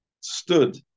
stood